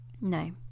No